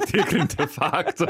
tikrinti faktų